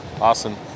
awesome